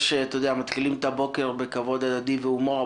מתחילים את הבוקר בכבוד הדדי והומור,